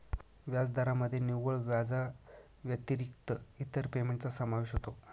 व्याजदरामध्ये निव्वळ व्याजाव्यतिरिक्त इतर पेमेंटचा समावेश होतो